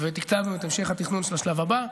ותקצבנו את המשך התכנון של השלב הבא.